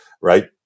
right